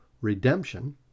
redemption